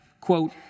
quote